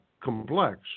complex